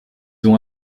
ont